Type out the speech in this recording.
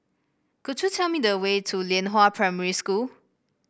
could you tell me the way to Lianhua Primary School